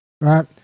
right